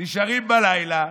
נשארים בלילה,